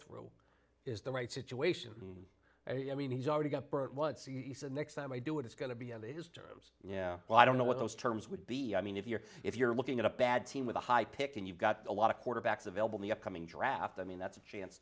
through is the right situation i mean he's already got what's the next time i do it it's going to be on these terms yeah well i don't know what those terms would be i mean if you're if you're looking at a bad team with a high pick and you've got a lot of quarterbacks available in the upcoming draft i mean that's a chance